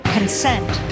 Consent